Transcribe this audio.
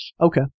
Okay